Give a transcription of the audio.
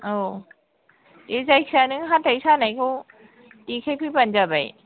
औ दे जायखिजाया नों हाथाय सानायखौ देखायफैबानो जाबाय